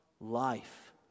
life